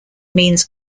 means